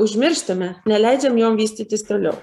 užmirštame neleidžiam joms vystytis toliau